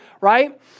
right